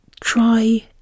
try